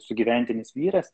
sugyventinis vyras